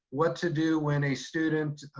what to do when a student